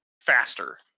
faster